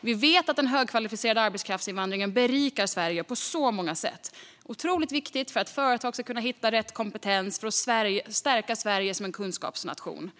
Vi vet att den högkvalificerade arbetskraftsinvandringen berikar Sverige på många sätt och är otroligt viktig för att företag ska kunna hitta rätt kompetens och för att stärka Sverige som kunskapsnation.